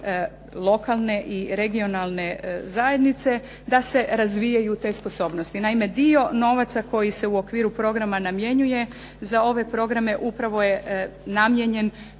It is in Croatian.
lokalne i regionalne zajednice da se razvijaju te sposobnosti. Naime, dio novaca koji se u okviru programa namjenjuje za ove programe upravo je namijenjen